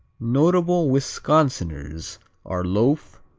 notable wisconsiners are loaf,